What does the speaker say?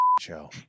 show